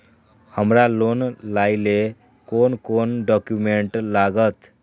हमरा लोन लाइले कोन कोन डॉक्यूमेंट लागत?